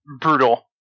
brutal